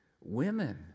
women